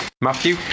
Matthew